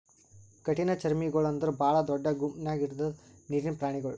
ಕಠಿಣಚರ್ಮಿಗೊಳ್ ಅಂದುರ್ ಭಾಳ ದೊಡ್ಡ ಗುಂಪ್ ನ್ಯಾಗ ಇರದ್ ನೀರಿನ್ ಪ್ರಾಣಿಗೊಳ್